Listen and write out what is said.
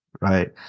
right